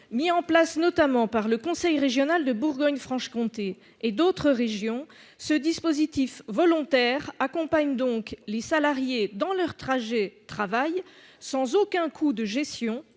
Mis en place, notamment, par le conseil régional de Bourgogne-Franche-Comté, ainsi que par d'autres régions, ce dispositif volontaire accompagne les salariés dans leur trajet de travail sans aucun coût de gestion